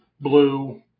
blue